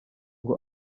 ngo